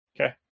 Okay